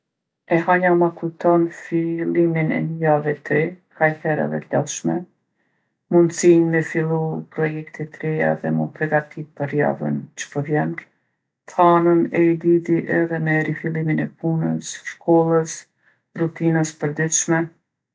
E hanja ma kujton fillimin e ni jave t're, kajherë edhe t'lodhshme. Mundsinë me fillu projekte t'reja edhe m'u pregatitë për javën që po vjen. T'hanën e lidhi edhe me rifillimin e punës, shkollës, rutinës t'përditshme.